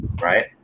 right